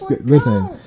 Listen